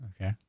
Okay